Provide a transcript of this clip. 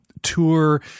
tour